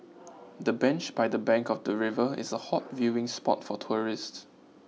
the bench by the bank of the river is a hot viewing spot for tourists